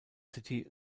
city